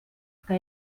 que